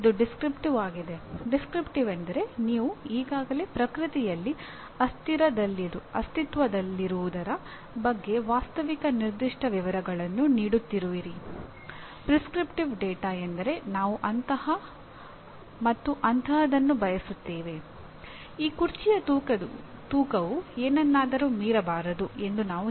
ಇದು ಡಿಸ್ಟ್ರಿಪ್ಟಿವ್ ಡೇಟಾದೊಂದಿಗೆ ಪರಿಚಿತರಾಗಿರಬೇಕು